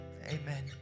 Amen